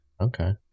Okay